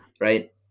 Right